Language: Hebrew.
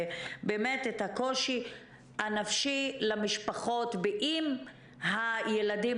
ועל הקושי הנפשי של המשפחות אם הילדים